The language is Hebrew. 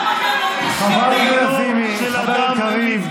לא, לא, בסדר, אבל המילים, המילים.